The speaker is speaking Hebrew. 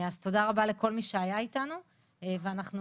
אז תודה רבה לכל מי שהיה איתנו ואנחנו